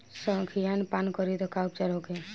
संखिया पान करी त का उपचार होखे?